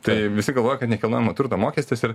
tai visi galvoja kad nekilnojamo turto mokestis ir